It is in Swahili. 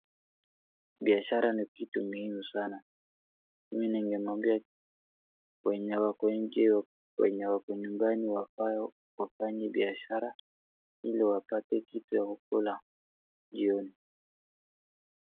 Biashara ni kitu muhimu sana. Mimi ningemwambia wenye wako nje, wenye wako nyumabani wafao, wafanye biashara ili wapata kitu ya kukula jioni.